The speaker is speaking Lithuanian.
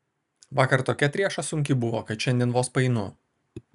vakar tokia trieša sunki buvo kad šiandien vos paeinu